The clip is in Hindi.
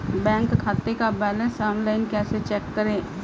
बैंक खाते का बैलेंस ऑनलाइन कैसे चेक करें?